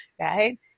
right